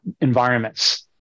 environments